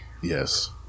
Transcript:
Yes